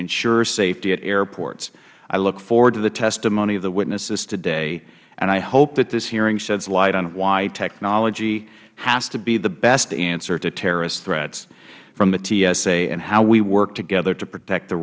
ensure safety at airports i look forward to the testimony of the witnesses today and i hope that this hearing sheds light on why technology has to be the best answer to terrorist threats from the tsa and how we work together to protect the